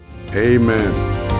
Amen